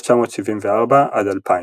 1974 - 2000